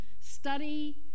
study